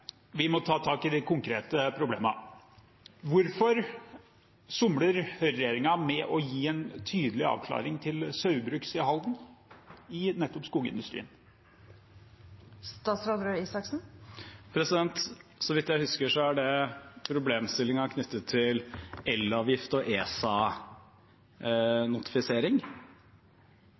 Vi må ta tak i de konkrete problemene. Hvorfor somler regjeringen med å gi en tydelig avklaring til Saugbrugs i Halden i nettopp skogindustrien? Så vidt jeg husker, er det problemstillinger knyttet til elavgift og